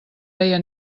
veia